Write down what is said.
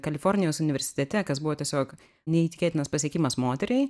kalifornijos universitete kas buvo tiesiog neįtikėtinas pasiekimas moteriai